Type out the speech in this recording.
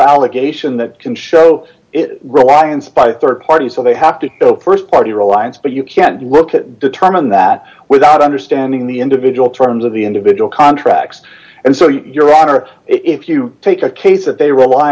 allegation that can show it reliance by rd party so they have to go st party reliance but you can't look at determine that without understanding the individual terms of the individual contracts and so your honor if you take a case that they rely